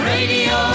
Radio